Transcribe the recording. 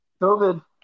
COVID